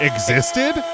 Existed